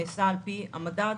נעשה על פי מדד